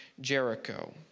Jericho